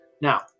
Now